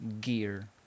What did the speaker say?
gear